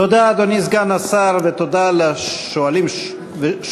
תודה, אדוני סגן השר, ותודה לשואלים ולשואלות.